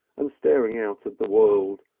and staring out at the world,